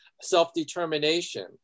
self-determination